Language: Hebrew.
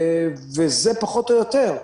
וזה פחות או יותר.